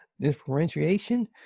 differentiation